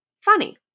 funny